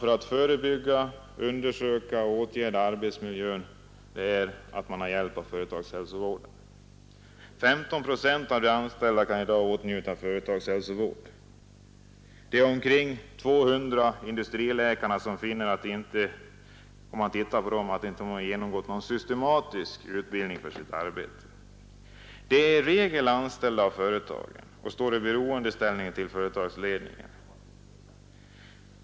För att förebygga, undersöka och åtgärda arbetsmiljön måste man ha hjälp av företagshälsovården. Av de anställda kan i dag 15 procent åtnjuta företagshälsovård. De omkring 200 industriläkare som finns har inte genomgått någon systematisk utbildning för sitt arbete. De är i regel anställda av företagen och står i beroendeställning till företagsledningen.